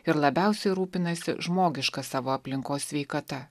ir labiausiai rūpinasi žmogiška savo aplinkos sveikata